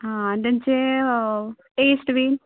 हां आनी तेंचे टेस्ट बी